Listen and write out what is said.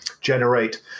generate